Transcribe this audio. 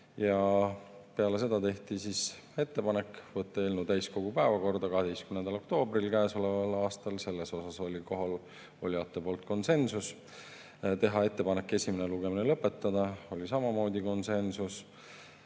Peale seda tehti ettepanek võtta eelnõu täiskogu päevakorda 12. oktoobril käesoleval aastal. Selles oli kohalolijatel konsensus. Tehti ettepanek esimene lugemine lõpetada, mis oli samamoodi konsensuslik,